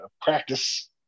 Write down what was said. practice